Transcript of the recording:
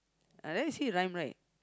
ah there you see rhyme right